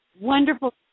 wonderful